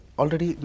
already